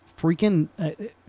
freaking